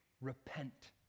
Repent